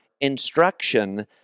instruction